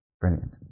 Brilliant